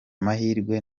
mahirwe